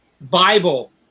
bible